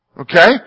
Okay